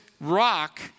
rock